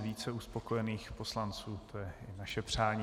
Více uspokojených poslanců, to je naše přání.